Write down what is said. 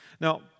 Now